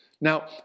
now